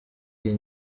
iyi